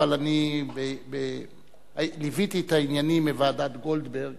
אבל אני ליוויתי את העניינים מוועדת-גולדברג